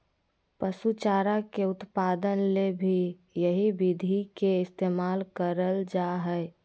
पशु चारा के उत्पादन ले भी यही विधि के इस्तेमाल करल जा हई